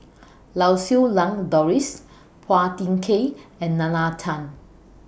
Lau Siew Lang Doris Phua Thin Kiay and Nalla Tan